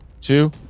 two